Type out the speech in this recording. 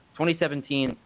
2017